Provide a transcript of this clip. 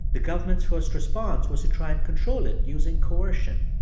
the government's first response was to try and control it using coercion,